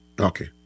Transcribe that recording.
Okay